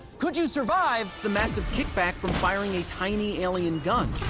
could you survive the massive kick-back from firing a tiny alien gun?